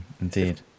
Indeed